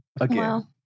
again